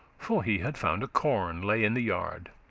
for he had found a corn, lay in the yard.